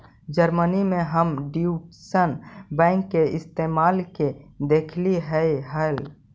Germany में हम Deutsche bank के इमारत के देखलीअई हल